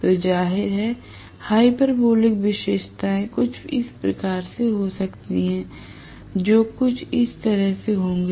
तो जाहिर है हाइपरबोलिक विशेषताएं कुछ इस प्रकार से हो सकती है जो कुछ इस तरह से होंगे